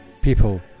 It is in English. people